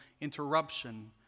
interruption